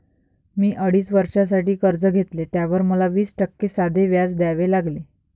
मी अडीच वर्षांसाठी कर्ज घेतले, त्यावर मला वीस टक्के साधे व्याज द्यावे लागले